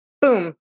boom